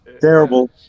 Terrible